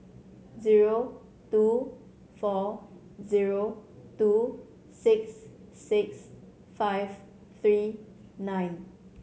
zero two four zero two six six five three nine